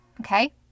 Okay